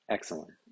Excellent